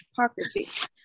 hypocrisy